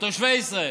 לתושבי ישראל.